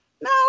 No